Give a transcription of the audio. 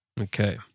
Okay